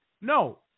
No